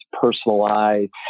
personalized